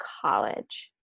college